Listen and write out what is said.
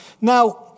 now